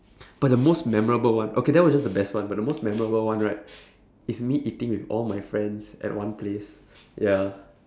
but the most memorable one okay that was just the best one but the most memorable one right is me eating with all my friends at one place